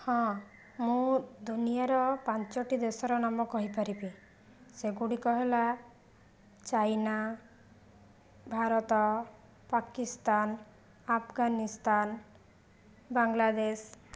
ହଁ ମୁଁ ଦୁନିଆଁର ପାଞ୍ଚୋଟି ଦେଶର ନାମ କହିପାରିବି ସେଗୁଡ଼ିକ ହେଲା ଚାଇନା ଭାରତ ପାକିସ୍ତାନ ଆଫଗାନିସ୍ତାନ ବାଂଲାଦେଶ